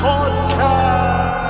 Podcast